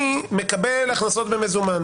אני מקבל הכנסות במזומן.